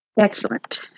Excellent